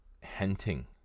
hinting